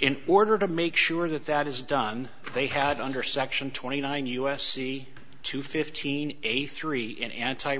in order to make sure that that is done they had under section twenty nine u s c two fifteen a three in anti